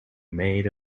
made